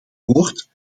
woord